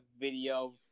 video